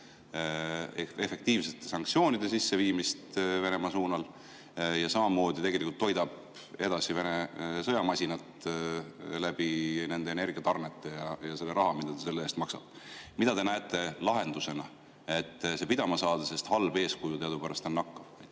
efektiivsete sanktsioonide sisseviimist Venemaa suunal, samamoodi tegelikult toidab edasi Vene sõjamasinat energiatarnete ja selle raha kaudu, mida ta selle eest maksab. Mida te näete lahendusena, et see pidama saada? Halb eeskuju on teadupärast nakkav.